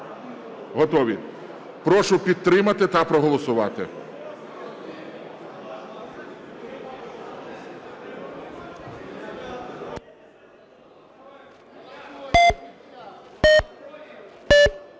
Готові. Прошу підтримати та проголосувати.